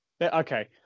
Okay